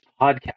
podcast